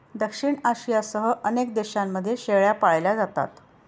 दक्षिण आशियासह अनेक देशांमध्ये शेळ्या पाळल्या जातात